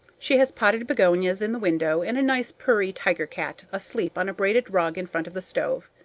she has potted begonias in the window and a nice purry tiger cat asleep on a braided rug in front of the stove.